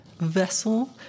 vessel